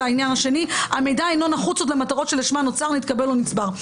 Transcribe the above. והעניין השני המידע אינו נחוץ עוד למטרות שלשמן נוצר נתקבל או נצבר,